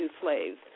slaves